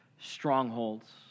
strongholds